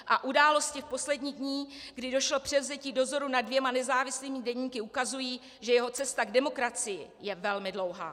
A události v posledních dní, kdy došlo k převzetí dozoru nad dvěma nezávislými deníky ukazují, že jeho cesta k demokracii je velmi dlouhá.